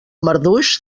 marduix